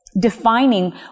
defining